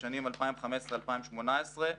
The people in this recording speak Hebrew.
בשנים 2015 עד 2018,